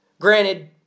Granted